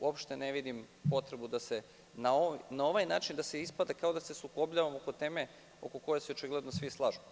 Uopšte ne vidim potrebu dana ovaj način ispada da se sukobljavamo oko teme oko koje se očigledno svi slažemo.